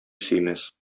сөймәс